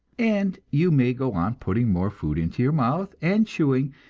and you may go on putting more food into your mouth, and chewing,